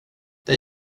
det